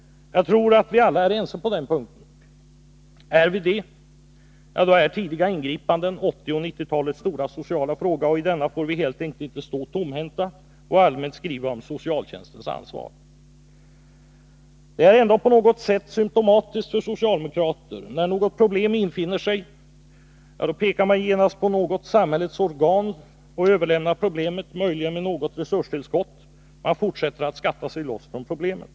Jag tror att vi alla är ense på den punkten. Är vi det — ja, då är tidiga ingripanden 1980 och 1990-talens stora sociala fråga. I denna får vi helt enkelt inte stå tomhänta och allmänt skriva om ”socialtjänstens ansvar”. Det är ändock på något sätt symtomatiskt för socialdemokrater att när något problem infinner sig pekar man genast på något samhällets organ och överlämnar problemet dit, möjligen med något resurstillskott. Man fortsätter att skatta sig loss från problemen.